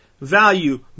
value